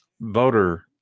voter